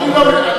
מה אמרו ראש